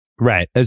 right